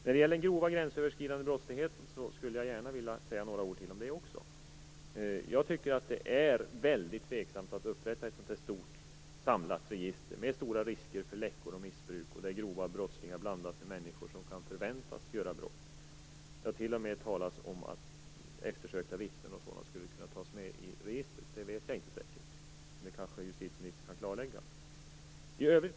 Jag skulle gärna vilja säga några ytterligare ord om den grova gränsöverskridande brottsligheten. Jag tycker att det är väldigt tveksamt om man skall upprätta ett så stort samlat register med stora risker för läckor och missbruk, och där brottslingar som begår grova brott blandas med människor som kan förväntas begå brott. Det har t.o.m. talats om att eftersökta vittnen skulle kunna tas med i registret. Det vet jag inte säkert. Det kanske justitieministern kan klarlägga.